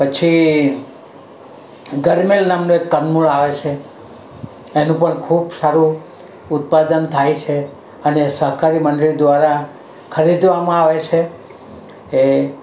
પછી ગરમર નામનું એક કંદમૂળ આવે છે એનું પણ ખુબ સારું ઉત્પાદન થાય છે અને સહકારી મંડળી દ્વારા ખરીદવામાં આવે છે એ